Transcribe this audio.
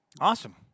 Awesome